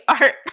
art